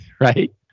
right